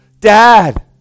Dad